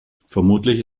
vermutlich